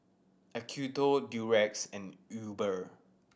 Acuto Durex and Uber